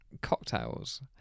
cocktails